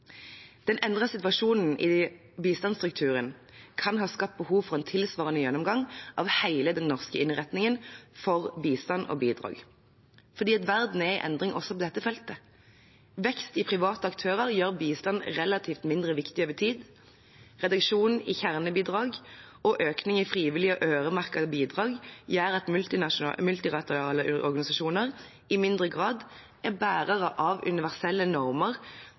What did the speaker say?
Den endrede situasjonen i bistandsstrukturen kan ha skapt et behov for en tilsvarende gjennomgang av hele den norske innretningen for bistand og bidrag, for verden er i endring også på dette feltet. Vekst i antall private aktører gjør bistand relativt mindre viktig over tid. Reduksjonen i kjernebidrag og økningen i frivillige og øremerkede bidrag gjør at multilaterale organisasjoner i mindre grad er bærere av universelle normer